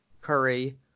Curry